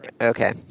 Okay